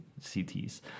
CTs